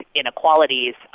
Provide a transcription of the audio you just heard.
inequalities